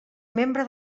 membre